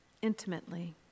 intimately